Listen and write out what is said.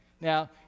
Now